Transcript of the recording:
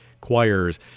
choirs